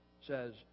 says